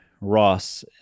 Ross